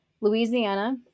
louisiana